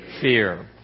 fear